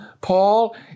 Paul